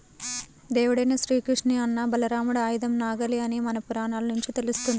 దేవుడైన శ్రీకృష్ణుని అన్న బలరాముడి ఆయుధం నాగలి అని మన పురాణాల నుంచి తెలుస్తంది